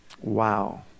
Wow